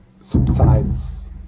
subsides